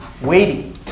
weighty